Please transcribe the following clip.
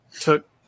took